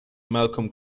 malcolm